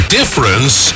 difference